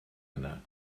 yna